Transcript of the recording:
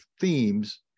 themes